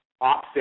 offset